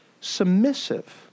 Submissive